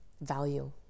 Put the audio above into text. value